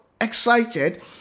excited